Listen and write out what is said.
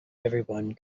everyone